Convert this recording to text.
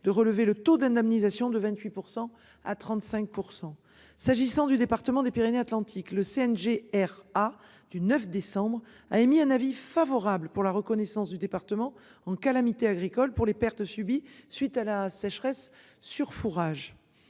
de relever le taux d'indemnisation de 28% à 35% s'agissant du département des Pyrénées-Atlantiques, le CNG R à du 9 décembre a émis un avis favorable pour la reconnaissance du département en calamités agricoles pour les pertes subies suite à la sécheresse sur fourrage